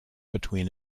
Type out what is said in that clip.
between